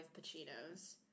Pacinos